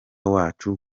wacu